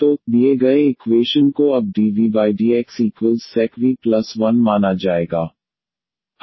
तो दिए गए इक्वेशन को अब dvdxsec v 1 माना जाएगा